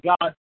God